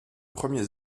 premiers